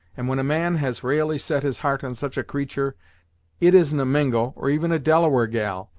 and when a man has ra'ally set his heart on such a creatur' it isn't a mingo, or even a delaware gal,